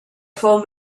full